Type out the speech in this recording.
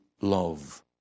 love